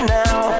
now